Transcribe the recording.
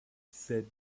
said